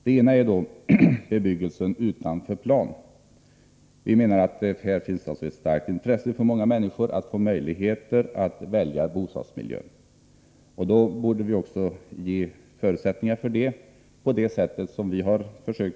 Den ena frågan är bebyggelse utanför plan. Det är ett starkt intresse för många människor att få välja bostadsmiljö. Därför borde vi skapa förutsättningar härför.